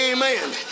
Amen